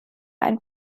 ein